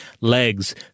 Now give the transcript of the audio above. legs